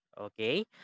Okay